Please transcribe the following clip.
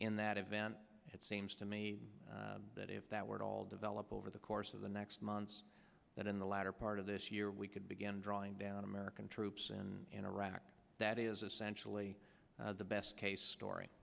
in that event it seems to me that if that were all developed over the course of the next months that in the latter part of this year we could begin drawing down american troops in iraq that is essentially the best case story